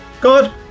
God